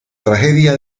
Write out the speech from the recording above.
tragedia